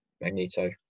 Magneto